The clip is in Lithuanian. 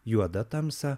juoda tamsa